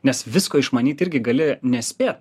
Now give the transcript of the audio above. nes visko išmanyt irgi gali nespė